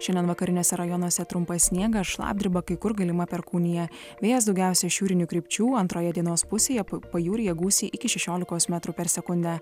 šiandien vakariniuose rajonuose trumpas sniegas šlapdriba kai kur galima perkūnija vėjas daugiausia šiaurinių krypčių antroje dienos pusėje pajūryje gūsiai iki šešiolikos metrų per sekundę